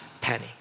penny